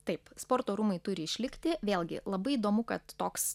taip sporto rūmai turi išlikti vėlgi labai įdomu kad toks